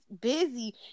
busy